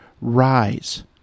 rise